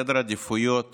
סדר העדיפויות